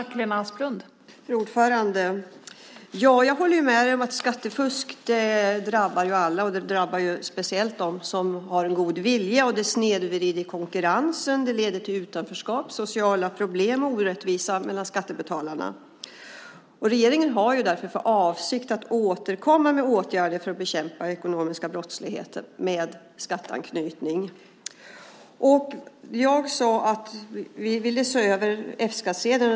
Fru talman! Jag håller med om att skattefusk drabbar alla, speciellt dem som har en god vilja, och det snedvrider konkurrensen. Det leder till utanförskap, sociala problem och orättvisor mellan skattebetalarna. Regeringen har därför för avsikt att återkomma med åtgärder för att bekämpa ekonomisk brottslighet med skatteanknytning. Jag sade att vi ville se över reglerna för F-skattsedeln.